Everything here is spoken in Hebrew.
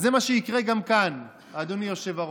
אז זה מה שיקרה גם כאן, אדוני היושב-ראש.